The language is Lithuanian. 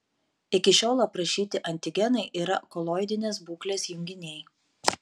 iki šiol aprašyti antigenai yra koloidinės būklės junginiai